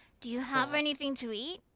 do you have anything to eat?